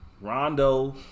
Rondo